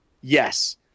yes